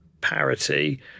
parity